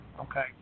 okay